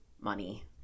money